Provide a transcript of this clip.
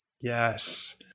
Yes